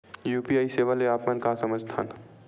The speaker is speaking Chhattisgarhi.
यू.पी.आई सेवा से आप मन का समझ थान?